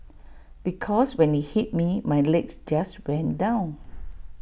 because when IT hit me my legs just went down